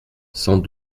sans